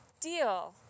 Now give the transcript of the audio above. deal